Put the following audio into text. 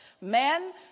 Men